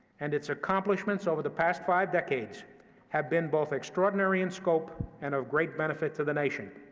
and its accomplishments over the past five decades have been both extraordinary in scope and of great benefit to the nation.